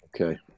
Okay